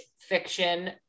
fiction